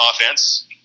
offense